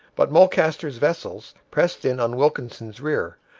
but mulcaster's vessels pressed in on wilkinson's rear,